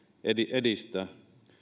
edistää